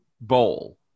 bowl